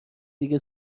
دیگه